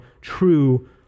true